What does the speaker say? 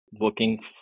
working